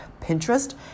Pinterest